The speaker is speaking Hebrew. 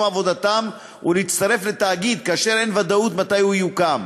עבודתם ולהצטרף לתאגיד כאשר אין ודאות מתי הוא יוקם.